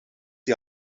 die